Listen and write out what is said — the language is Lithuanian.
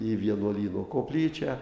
į vienuolyno koplyčią